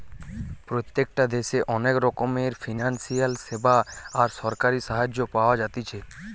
প্রত্যেকটা দেশে অনেক রকমের ফিনান্সিয়াল সেবা আর সরকারি সাহায্য পাওয়া যাতিছে